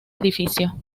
edificio